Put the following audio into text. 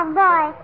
boy